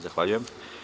Zahvaljujem.